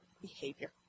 behavior